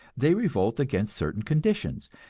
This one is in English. they revolt against certain conditions,